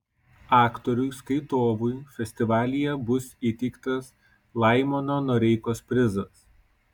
aktoriui skaitovui festivalyje bus įteiktas laimono noreikos prizas